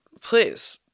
please